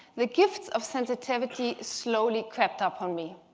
the gifts of sensitivity slowly crept up on me.